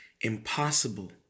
impossible